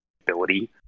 ability